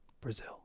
Brazil